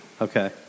Okay